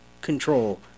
control